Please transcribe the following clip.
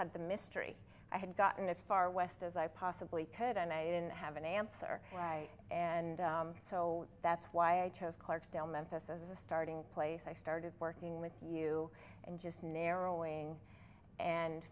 had the mystery i had gotten as far west as i possibly could and i didn't have an answer and so that's why i chose clarksdale memphis as the starting place i started working with you and just narrowing and